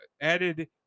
added